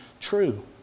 true